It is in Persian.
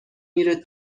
میره